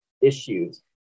issues